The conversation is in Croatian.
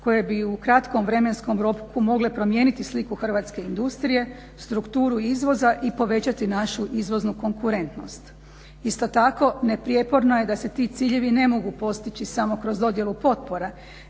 koje bi u kratkom vremenskom roku mogle promijeniti sliku hrvatske industrije, strukturu izvoza i povećati našu izvoznu konkurentnost. Isto tako neprijeporno je da se ti ciljevi ne mogu postići samo kroz dodjelu potpora